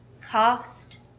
cost